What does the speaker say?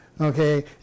Okay